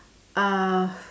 uh